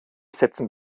setzen